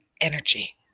energy